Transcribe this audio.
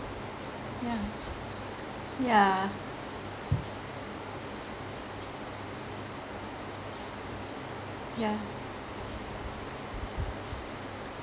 yeah yeah yeah